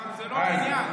אבל זה לא העניין.